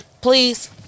Please